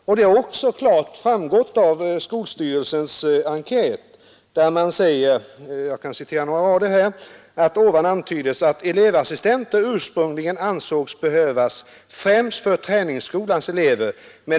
Detta har också klart framgått av skolöverstyrelsens enkät, varur jag skall citera några rader: ”Ovan antyddes att elevassistenter ursprungligen ansågs behövas främst för träningsskolans elever.